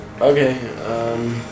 Okay